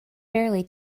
fairly